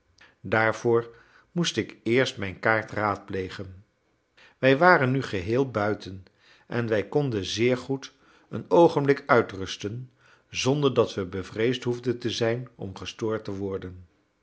daarvoor moest ik eerst mijn kaart raadplegen wij waren nu geheel buiten en wij konden zeer goed een oogenblik uitrusten zonder dat we bevreesd behoefden te zijn om gestoord te worden